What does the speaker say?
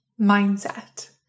mindset